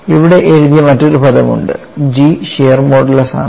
ഇവിടെ എഴുതിയ മറ്റൊരു പദപ്രയോഗം ഉണ്ട് G ഷിയർ മോഡുലസ് ആണ്